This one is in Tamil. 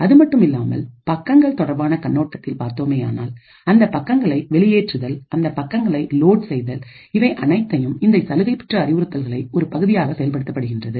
அதுமட்டுமில்லாமல் பக்கங்கள் தொடர்பான கண்ணோட்டத்தில் பார்த்தோமேயானால்அந்தப் பக்கங்களை வெளியேற்றுதல் அந்த பக்கங்களை லோடு செய்தல் இவை அனைத்தையும் இந்த சலுகை பெற்ற அறிவுறுத்தல்களை ஒரு பகுதியாக செயல்படுகின்றது